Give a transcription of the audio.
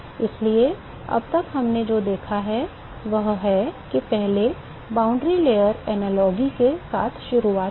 इसलिए अब तक हमने जो देखा है वह यह है कि पहले हमने सीमा परत उपमाओं के साथ शुरुआत की